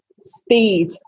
speed